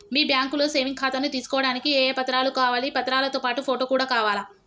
మీ బ్యాంకులో సేవింగ్ ఖాతాను తీసుకోవడానికి ఏ ఏ పత్రాలు కావాలి పత్రాలతో పాటు ఫోటో కూడా కావాలా?